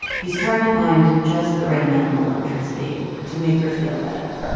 he's trying to find just the right amount of electricity to make her feel better